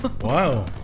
Wow